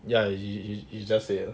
ya you you just say lah